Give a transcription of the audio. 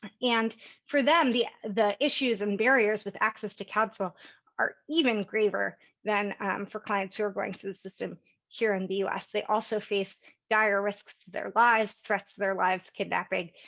and for them, the the issues and barriers with access to counsel are even graver than for clients who are going through the system here in the us. they also face dire risks to their lives, threats to their lives, kidnapping,